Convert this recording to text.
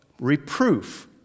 reproof